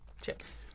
Chips